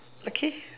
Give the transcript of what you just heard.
okay